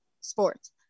sports